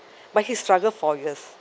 but he's struggled four years